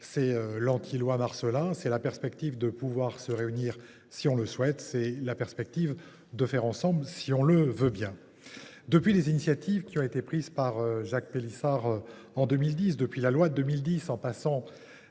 c’est l’anti loi Marcellin ; c’est la perspective de pouvoir se réunir si on le souhaite ; c’est la perspective de faire ensemble si on le veut bien. Depuis les initiatives prises par Jacques Pélissard, qui ont abouti à la loi de 2010 de réforme